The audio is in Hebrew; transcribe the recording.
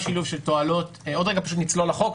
עוד רגע נצלול לחוק,